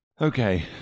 Okay